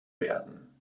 werden